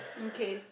okay